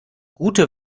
gute